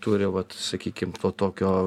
turi vat sakykim to tokio